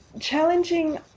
challenging